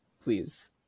Please